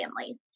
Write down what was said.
families